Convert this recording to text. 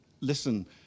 Listen